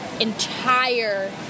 entire